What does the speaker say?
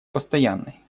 постоянной